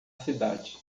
cidade